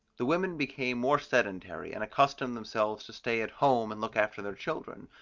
the women became more sedentary, and accustomed themselves to stay at home and look after the children,